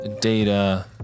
data